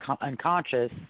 unconscious